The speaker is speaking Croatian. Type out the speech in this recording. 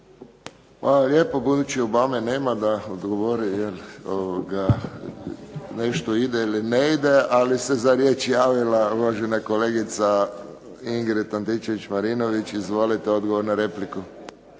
lijepo. Budući da Obame nema da odgovori, jel', nešto ide ili ne ide, ali se za riječ javila uvažena kolegica Ingrid Antičević-Marinović. Izvolite, odgovor na repliku.